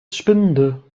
spinde